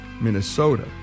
Minnesota